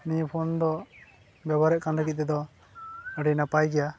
ᱱᱤᱭᱟᱹ ᱯᱷᱳᱱ ᱫᱚ ᱵᱮᱵᱚᱦᱟᱨᱮᱫ ᱠᱟᱱ ᱞᱟᱹᱜᱤᱫ ᱛᱮᱫᱚ ᱟᱹᱰᱤ ᱱᱟᱯᱟᱭ ᱜᱮᱭᱟ